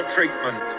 Treatment